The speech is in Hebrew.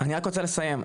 אני רק רוצה לסיים,